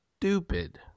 stupid